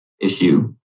issue